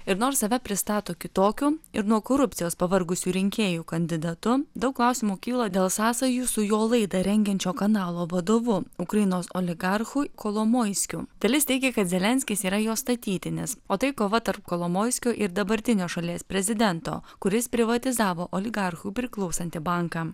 ir nors save pristato kitokiu ir nuo korupcijos pavargusių rinkėjų kandidatu daug klausimų kyla dėl sąsajų su jo laidą rengiančio kanalo vadovu ukrainos oligarchui kolomoiskiu dalis teigia kad zelenskis yra jo statytinis o tai kova tarp kolomoiskio ir dabartinio šalies prezidento kuris privatizavo oligarchų priklausantį banką